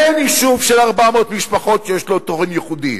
אין יישוב של 400 משפחות שיש לו תוכן ייחודי.